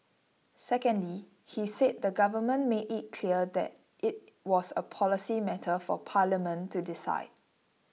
secondly he said the Government made it clear that it was a policy matter for Parliament to decide